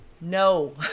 No